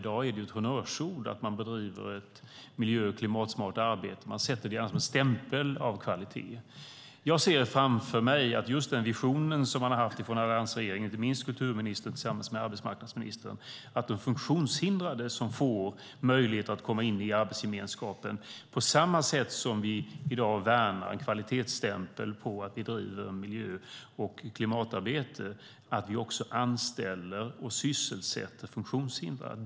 I dag är det ett honnörsord att man bedriver ett miljö och klimatsmart arbete. Man sätter en stämpel av kvalitet. Jag ser framför mig alliansregeringens vision - inte minst kulturministerns tillsammans med arbetsmarknadsministerns - att de funktionshindrade får komma in i arbetsgemenskapen på samma sätt som vi i dag värnar en kvalitetsstämpel på att vi driver miljö och klimatarbete, det vill säga anställer och sysselsätter funktionshindrade.